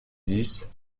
dix